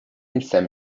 نیستم